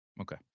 Okay